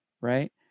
right